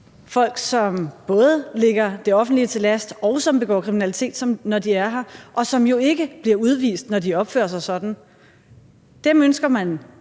folk, som både ligger det offentlige til last, og som begår kriminalitet, når de er her, og som jo ikke bliver udvist, når de opfører sig sådan. Dem ønsker man